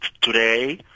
today